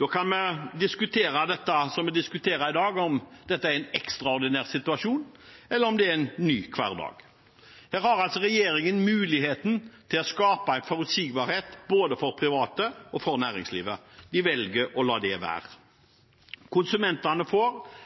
Da kan vi diskutere, som vi gjør i dag, om dette er en ekstraordinær situasjon, eller om det er en ny hverdag. Her har altså regjeringen muligheten til å skape en forutsigbarhet, både for private og for næringslivet. De velger å la det være. Konsumentene får